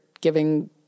giving